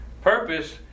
purpose